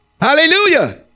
hallelujah